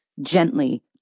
gently